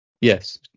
yes